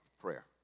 prayer